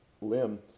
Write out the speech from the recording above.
limb